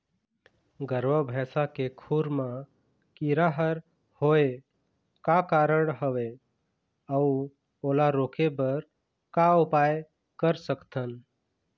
गरवा भैंसा के खुर मा कीरा हर होय का कारण हवए अऊ ओला रोके बर का उपाय कर सकथन?